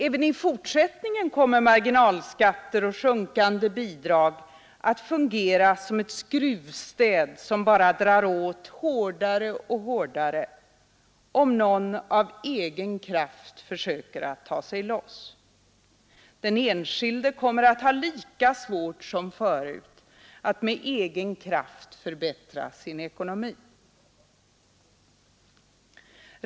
Även i fortsättningen kommer marginalskatter och sjunkande bidrag att fungera som ett skruvstäd som bara drar åt hårdare och hårdare, om någon av egen kraft försöker att ta sig loss. Den enskilde kommer att ha lika svårt som förut att med egen kraft förbättra sin ekonomi.